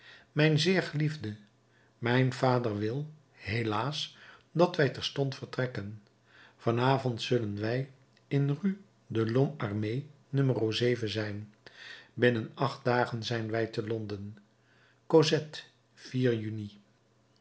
mijn zeer geliefde mijn vader wil helaas dat wij terstond vertrekken van avond zullen wij in rue de lhomme armé no zijn binnen acht dagen zijn wij te londen cosette juni